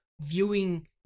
viewing